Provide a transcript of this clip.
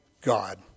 God